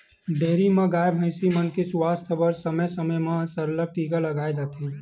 dairy म गाय, भइसी मन के सुवास्थ बर समे समे म सरलग टीका लगवाए जाथे